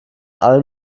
alle